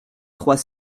trois